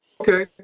Okay